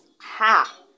Ha